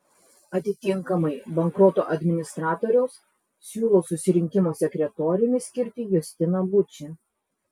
atitinkamai bankroto administratoriaus siūlo susirinkimo sekretoriumi skirti justiną bučį